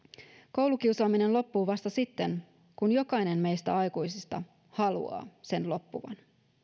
koulukiusaaminen loppuu vasta sitten kun jokainen meistä aikuisista haluaa sen loppuvan